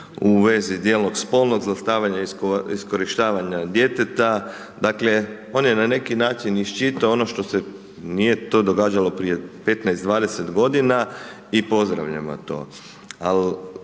u vezi djela spolnog zlostavljanja i iskorištavanja djeteta, dakle on je na neki način iščitao ono što se nije to događalo prije 15, 20 g. i pozdravljamo ali